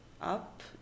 up